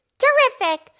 terrific